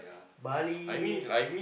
Bali